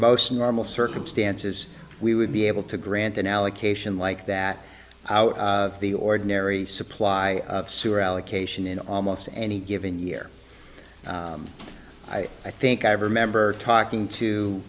most normal circumstances we would be able to grant an allocation like that out of the ordinary supply of sewer allocation in almost any given year i i think i remember talking